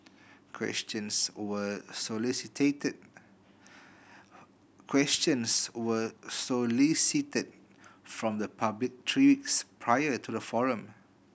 questions were solicited questions were solicited from the public three weeks prior to the forum